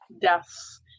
deaths